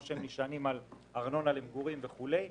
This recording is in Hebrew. או נשענים על ארנונה למגורים וכו'.